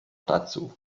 dazu